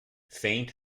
faint